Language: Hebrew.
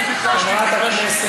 חברת הכנסת,